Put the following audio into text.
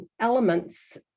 elements